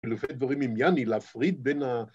חילופי דברים עם יני, ‫להפריד בין ה...